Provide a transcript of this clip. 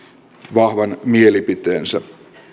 vahvan mielipiteensä